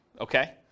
Okay